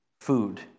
food